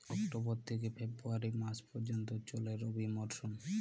October থেকে February মাস পর্যন্ত চলে রবি মরসুম